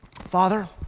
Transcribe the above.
Father